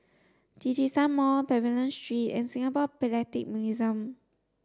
Djitsun Mall Pavilion Street and Singapore Philatelic Museum